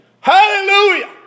hallelujah